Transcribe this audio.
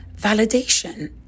validation